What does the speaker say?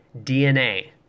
DNA